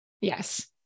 Yes